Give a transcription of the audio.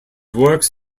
works